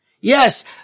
Yes